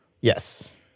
Yes